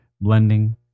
blending